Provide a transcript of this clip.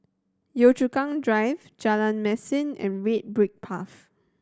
Yio Chu Kang Drive Jalan Mesin and Red Brick Path